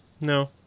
no